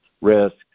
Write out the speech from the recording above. risk